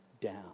down